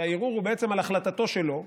שהערעור הוא בעצם על החלטתו שלו,